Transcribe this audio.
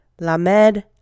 Lamed